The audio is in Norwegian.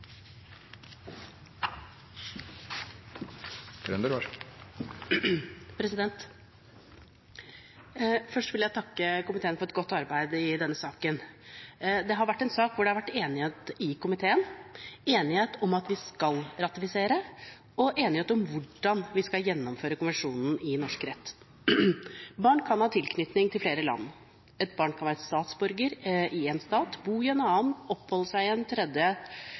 for sakene. Først vil jeg takke komiteen for et godt arbeid i denne saken. Det har vært en sak hvor det har vært enighet i komiteen, enighet om at vi skal ratifisere, og enighet om hvordan vi skal gjennomføre konvensjonen i norsk rett. Barn kan ha tilknytning til flere land. Et barn kan være statsborger i